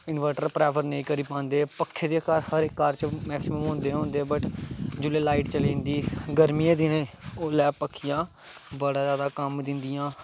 inverter prefer नेईं करी पांदे पक्खे ते हर घर बिच्च मैक्सिमम होंदे गै होंदे बट जिसलै लाईट चली जंदी गर्मियें दे दिनैं उसलै पक्खियां बड़ा जैदा कम्म दिंदियां